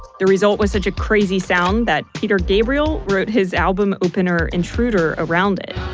the result was such a crazy sound that peter gabriel wrote his album opener, intruder, around it.